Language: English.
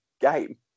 game